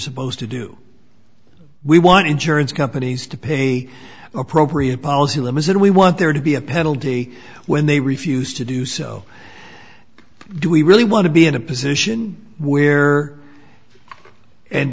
supposed to do we want insurance companies to pay appropriate policy limits and we want there to be a penalty when they refused to do so do we really want to be in a position where and